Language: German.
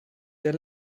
der